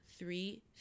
three